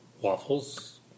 Waffles